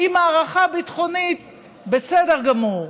עם הערכה ביטחונית בסדר גמור.